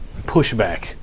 pushback